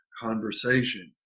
conversation